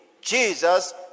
Jesus